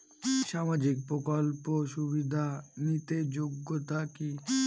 সামাজিক প্রকল্প সুবিধা নিতে যোগ্যতা কি?